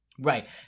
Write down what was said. Right